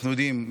אנחנו יודעים,